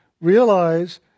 Realize